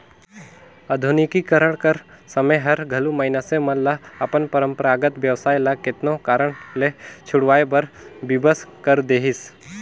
आधुनिकीकरन कर समें हर घलो मइनसे मन ल अपन परंपरागत बेवसाय ल केतनो कारन ले छोंड़वाए बर बिबस कइर देहिस